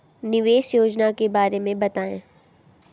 निवेश योजना के बारे में बताएँ?